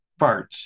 farts